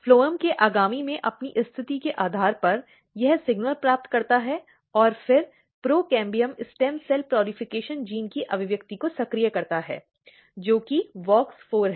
phloem के आगामी में अपनी स्थिति के आधार पर यह सिग्नल प्राप्त करता है और फिर प्रोकैम्बियम स्टेम सेल प्रसार जीन की अभिव्यक्ति को सक्रिय करता है जो कि WOX4 है